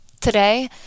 today